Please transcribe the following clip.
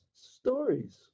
stories